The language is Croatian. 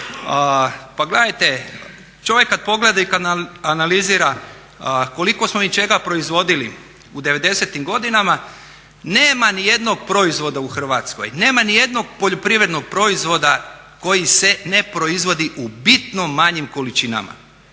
Pa gledajte, čovjek kad pogleda i kad analizira koliko smo mi čega proizvodili u '90.-tim godinama nema nijednog proizvoda u Hrvatskoj, nema nijednog poljoprivrednog proizvoda koji se ne proizvodi u bitno manjim količinama.